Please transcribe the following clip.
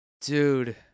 Dude